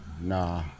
nah